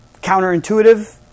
counterintuitive